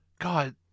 God